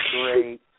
great